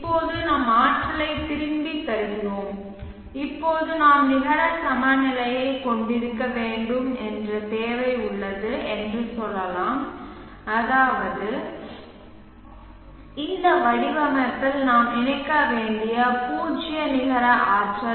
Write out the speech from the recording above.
இப்போது நாம் ஆற்றலைத் திருப்பித் தருகிறோம் இப்போது நாம் நிகர சமநிலையைக் கொண்டிருக்க வேண்டும் என்ற தேவை உள்ளது என்று சொல்லலாம் அதாவது இந்த வடிவமைப்பில் நாம் இணைக்க வேண்டிய பூஜ்ஜிய நிகர ஆற்றல்